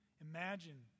Imagine